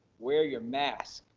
wear your mask.